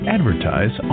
Advertise